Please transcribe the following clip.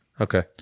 okay